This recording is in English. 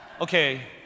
Okay